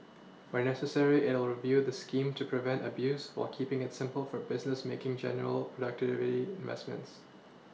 where necessary it will review the scheme to prevent abuse while keePing it simple for businesses making genuine productivity investments